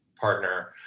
partner